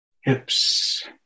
hips